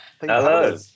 Hello